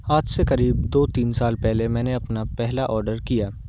आज से करीब दो तीन साल पहले मैंने अपना पहला ऑर्डर किया